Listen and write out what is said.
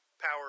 power